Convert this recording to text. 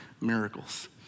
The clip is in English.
miracles